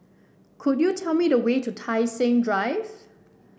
could you tell me the way to Tai Seng Drive